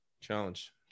challenge